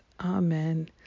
Amen